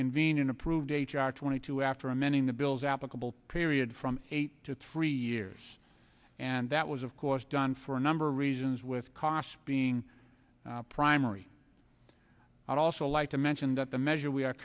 convene in approved a twenty two after amending the bill's applicable period from eight to three years and that was of course done for a number of reasons with cost being primary i'd also like to mention that the measure we are